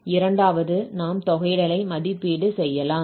இரண்டாவது நாம் தொகையிடலை மதிப்பீடு செய்யலாம்